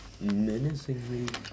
menacingly